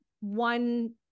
one